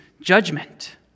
judgment